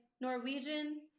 Norwegian